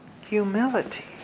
Humility